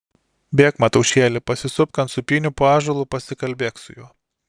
bėk mataušėli pasisupk ant sūpynių po ąžuolu pasikalbėk su juo